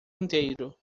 inteiro